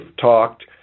talked